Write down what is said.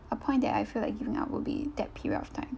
a point that I feel like giving up would be that period of time